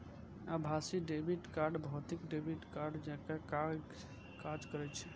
आभासी debit card भौतिक debit कार्डे जकां काज करै छै